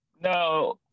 No